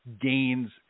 gains